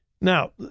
Now